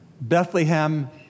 Bethlehem